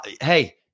Hey